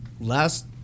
Last